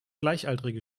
gleichaltrige